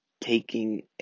taking